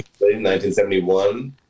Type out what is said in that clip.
1971